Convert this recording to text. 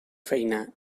feina